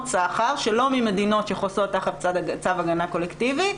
סחר שלא ממדינות שחוסות תחת צו הגנה קולקטיבי.